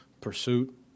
pursuit